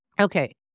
Okay